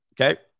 okay